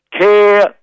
Care